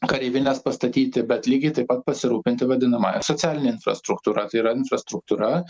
kareivines pastatyti bet lygiai taip pat pasirūpinti vadinamąja socialine infrastruktūra tai yra infrastruktūra